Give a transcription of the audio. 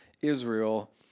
Israel